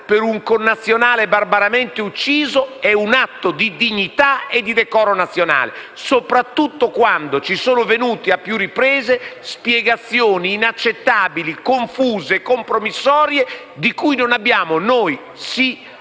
per un connazionale barbaramente ucciso sia un atto di dignità e di decoro nazionale, soprattutto quando ci sono venute a più riprese spiegazioni inaccettabili, confuse e compromissorie di cui non abbiamo - noi sì -